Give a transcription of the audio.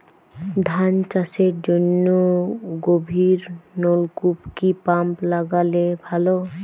ধান চাষের জন্য গভিরনলকুপ কি পাম্প লাগালে ভালো?